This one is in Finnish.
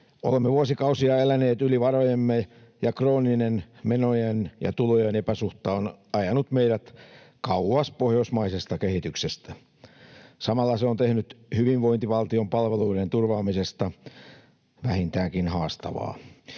Olemme vuosikausia eläneet yli varojemme, ja krooninen menojen ja tulojen epäsuhta on ajanut meidät kauas pohjoismaisesta kehityksestä. Samalla se on tehnyt hyvinvointivaltion palveluiden turvaamisesta vähintäänkin haastavaa.